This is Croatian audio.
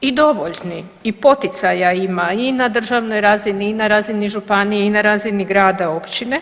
i dovoljni i poticaja ima i na državnoj razini i na razini županije i na razini grada i općine.